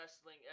wrestling